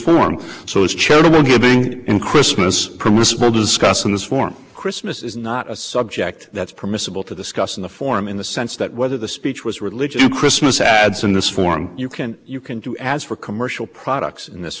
forum so as charitable giving in christmas presents were discussed in this form christmas is not a subject that's permissible to discuss in the forum in the sense that whether the speech was religion christmas ads in this form you can you can do as for commercial products in this